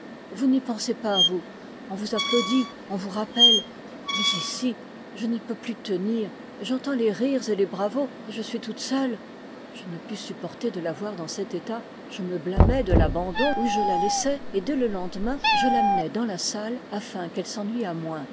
vous n'y pensez pas vous on vous applaudit on vous rappelle mais ici je n'y peux plus tenir j'entends les rires et les bravos et je suis toute seule je ne pus supporter de la voir dans cet état je me blâmai de l'abandon où je la laissais et dès le lendemain je l'amenai dans la salle afin qu'elle s'ennuyât moins